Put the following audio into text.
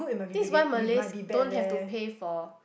this is why malays don't have to pay for